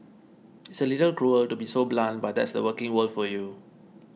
it's a little cruel to be so blunt but that's the working world for you